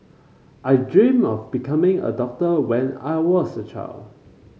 I dreamt of becoming a doctor when I was a child